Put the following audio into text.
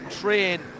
train